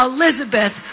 Elizabeth